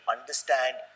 understand